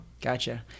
Gotcha